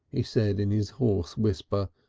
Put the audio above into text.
he said in his hoarse whisper.